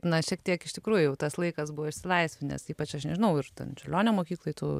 na šiek tiek iš tikrųjų jau tas laikas buvo išsilaisvinęs ypač aš nežinau ir ten čiurlionio mokykloj tu